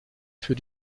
für